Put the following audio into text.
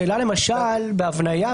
השאלה למשל בהבניה,